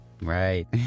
Right